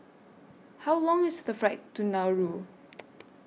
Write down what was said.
How Long IS The Flight to Nauru